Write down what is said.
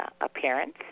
appearance